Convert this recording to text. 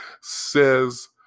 says